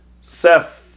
Seth